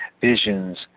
visions